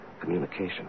communication